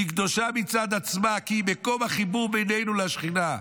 היא קדושה מצד עצמה כי היא מקום החיבור בינינו לשכינה,